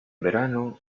verano